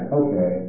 okay